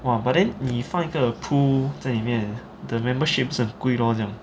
!wah! but then 你放一个 pool 在里面 the membership 不是很贵 lor 这样